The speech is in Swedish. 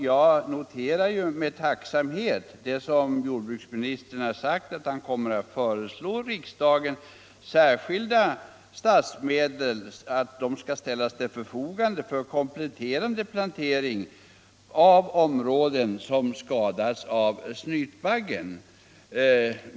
Jag har med tacksamhet noterat att jordbruksministern kommer att 135 föreslå riksdagen att särskilda statsmedel skall ställas till förfogande för kompletterande plantering av områden som skadats av snytbaggen.